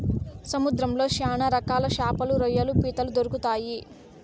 సముద్రంలో శ్యాన రకాల శాపలు, రొయ్యలు, పీతలు దొరుకుతాయి